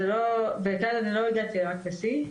אני לא הגעתי רק לשיא,